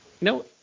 No